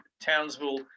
Townsville